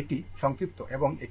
এটি সংক্ষিপ্ত এবং এটি বন্ধ